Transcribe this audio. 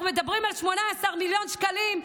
אנחנו מדברים על 18 מיליון שקלים,